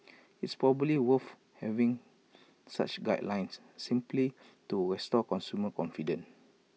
it's probably worth having such guidelines simply to restore consumer confidence